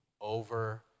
over